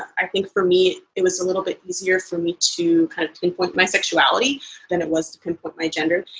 i think for me, it was a little bit easier for me to kind of pinpoint my sexuality than it was to pinpoint my gender.